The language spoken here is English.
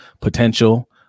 potential